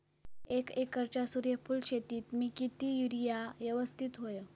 एक एकरच्या सूर्यफुल शेतीत मी किती युरिया यवस्तित व्हयो?